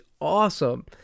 Awesome